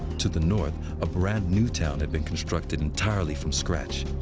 to the north, a brand-new town had been constructed entirely from scratch.